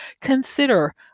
Consider